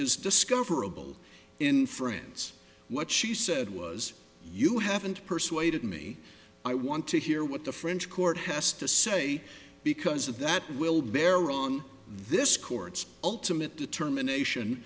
is discoverable in france what she said was you haven't persuaded me i want to hear what the french court has to say because of that will bear on this court's ultimate determination